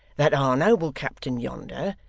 that our noble captain yonder,